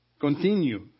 continue